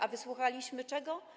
A wysłuchaliśmy czego?